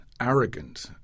arrogant